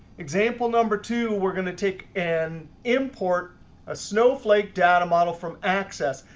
example number two, we're going to take an import a snowflake data model from access,